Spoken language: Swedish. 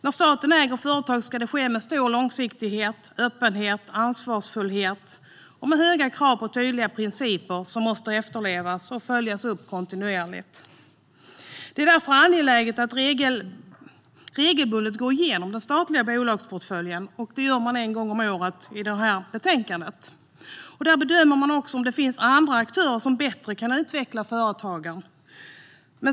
När staten äger företag ska det ske med stor långsiktighet, öppenhet, ansvarsfullhet och höga krav på tydliga principer som måste efterlevas och följas upp kontinuerligt. Det är därför angeläget att regelbundet gå igenom den statliga bolagsportföljen, vilket görs i ett betänkande en gång om året. Då bedöms om det finns andra aktörer som bättre kan utveckla företagen.